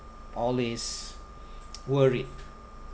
always worried